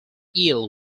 ill